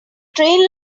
train